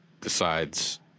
decides